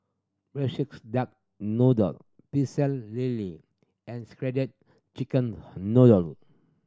Braised Duck Noodle Pecel Lele and shredded chicken noodle